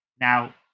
Now